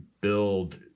build